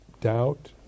doubt